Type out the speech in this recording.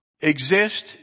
exist